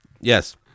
yes